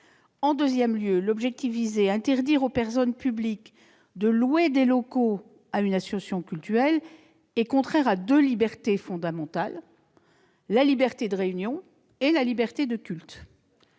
de l'amendement, à savoir interdire aux personnes publiques de louer des locaux à une association cultuelle, contrevient à deux libertés fondamentales : la liberté de réunion et la liberté de culte.